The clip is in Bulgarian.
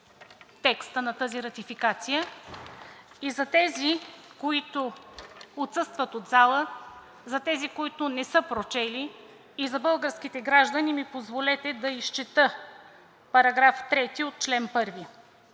текста на тази ратификация. За тези, които отсъстват от залата, за тези, които не са прочели, и за българските граждани ми позволете да изчета § 3 от чл. 1: